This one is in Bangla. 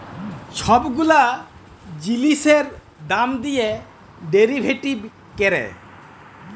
ছব গুলা জিলিসের দাম দিঁয়ে ডেরিভেটিভ ক্যরে